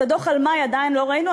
את הדוח על מאי עדיין לא ראינו,